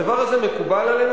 הדבר הזה מקובל עלינו.